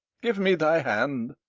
give me thy hand